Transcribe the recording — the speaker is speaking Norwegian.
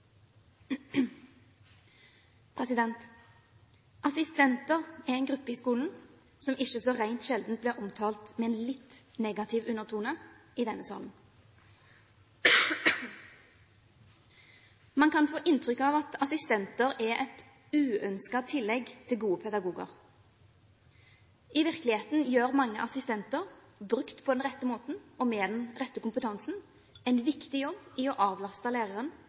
Assistenter er en gruppe i skolen som ikke så rent sjelden blir omtalt med litt negativ undertone i denne salen. Man kan få inntrykk av at assistenter er et uønsket tillegg til gode pedagoger. I virkeligheten gjør mange assistenter, brukt på den rette måten og med den rette kompetansen, en viktig jobb i å avlaste